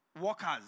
workers